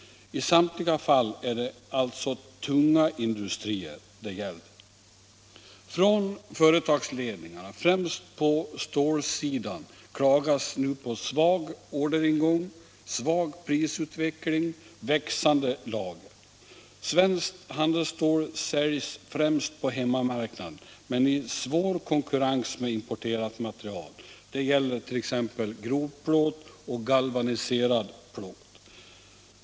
I samtliga fall är det alltså tunga industrier det gäller. Från företagsledningarna, främst på stålsidan, klagas nu på svag orderingång, svag prisutveckling och växande lager. Svenskt handelsstål säljs främst på hemmamarknaden i svår konkurrens med importerat material. Detta gäller t.ex. grovplåt och galvaniserad plåt.